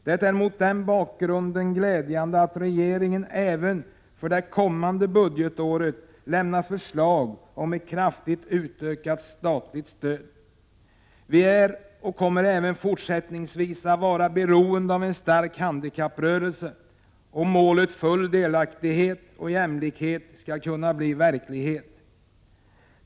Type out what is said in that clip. Det är mot den bakgrunden glädjande att regeringen även för det kommande budgetåret lämnar förslag om en kraftig utökning av det statliga stödet. Vi är och kommer även fortsättningsvis att vara beroende av en stark handikapprörelse om målet full delaktighet och jämlikhet skall kunna bli verklighet.